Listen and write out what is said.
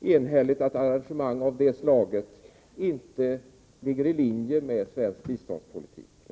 att ett arrangemang av det slaget inte ligger i linje med svensk biståndspolitik.